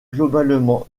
globalement